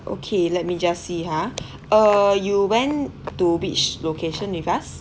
okay let me just see ha uh you went to which location with us